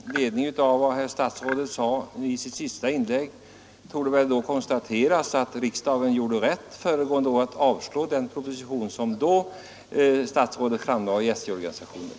Herr talman! Med ledning av vad herr statsrådet sade i sitt senaste inlägg torde väl kunna konstateras att riksdagen föregående år gjorde rätt i att avslå den proposition som statsrådet då framlade om SJ-organisationen.